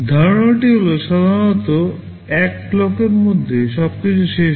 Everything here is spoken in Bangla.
ধারণাটি হল সাধারণত এক ক্লকের মধ্যে সবকিছু শেষ হয়